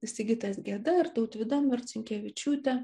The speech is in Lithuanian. sigitas geda ir tautvyda marcinkevičiūtė